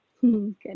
Good